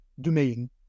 domain